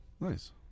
nice